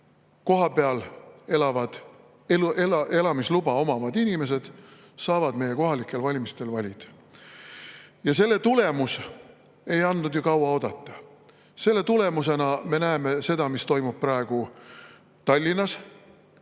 kohapeal elavad elamisluba omavad inimesed saaksid meie kohalikel valimistel valida. Selle tulemus ei andnud ju kaua oodata. Selle tulemusena me näeme seda, mis toimub praegu Tallinnas,